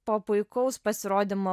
po puikaus pasirodymo